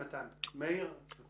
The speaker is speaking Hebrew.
חבר הכנסת מאיר כהן, בבקשה.